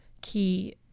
key